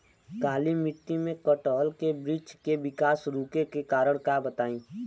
काली मिट्टी में कटहल के बृच्छ के विकास रुके के कारण बताई?